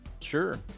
sure